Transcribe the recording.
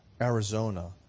Arizona